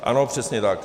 Ano, přesně tak.